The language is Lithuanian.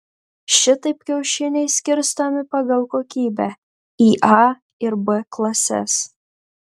šitaip kiaušiniai skirstomi pagal kokybę į a ir b klases